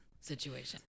situation